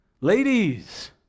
Ladies